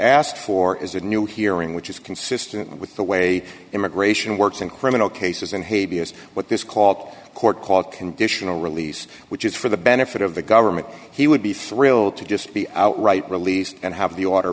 asked for is a new hearing which is consistent with the way immigration works in criminal cases in haiti is what this called court called conditional release which is for the benefit of the government he would be thrilled to just be outright released and have the aut